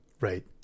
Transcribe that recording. Right